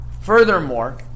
Furthermore